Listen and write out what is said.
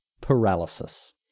paralysis